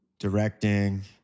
directing